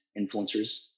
influencers